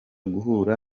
guhura